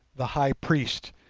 the high priest,